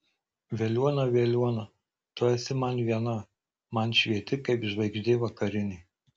veliuona veliuona tu esi man viena man švieti kaip žvaigždė vakarinė